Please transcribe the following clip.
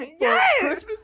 Yes